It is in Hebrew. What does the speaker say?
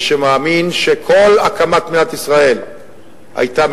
ושמאמין שכל הקמת מדינת ישראל היתה,